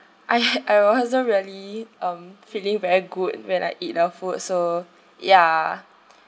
I I wasn't really um feeling very good when I eat the food so ya